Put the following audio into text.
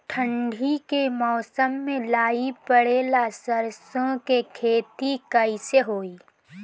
ठंडी के मौसम में लाई पड़े ला सरसो के खेती कइसे होई?